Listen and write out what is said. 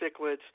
cichlids